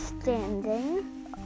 standing